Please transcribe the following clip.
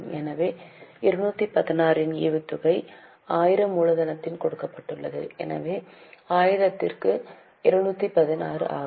எனவே 216 இன் ஈவுத்தொகை 1000 மூலதனத்தில் கொடுக்கப்பட்டுள்ளது எனவே 1000 க்கு 216 ஆகும்